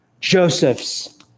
Joseph's